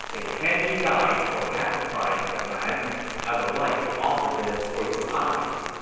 a handy guide for pacifying the man i would like to offer this for your eyes.